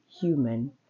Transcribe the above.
human